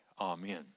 Amen